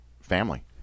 family